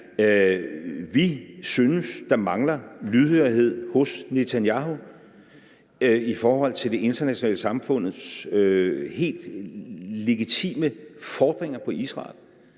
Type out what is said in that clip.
Vi synes, der mangler lydhørhed hos Netanyahu i forhold til det internationale samfunds helt legitime fordringer på Israel.